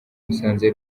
musanze